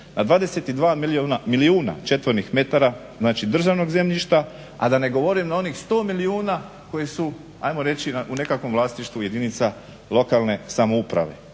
a 22 milijuna četvornih metara državnog zemljišta, a da ne govorim na onih 100 milijuna koji su u nekakvom vlasništvu jedinica lokalne samouprave.